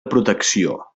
protecció